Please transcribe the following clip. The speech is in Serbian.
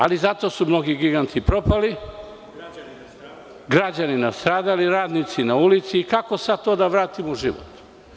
Ali, zato su mnogi giganti propali, građani nastradali, radnici na ulici i kako sada to da vratimo u život?